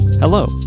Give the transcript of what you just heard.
Hello